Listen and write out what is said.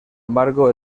embargo